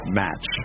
match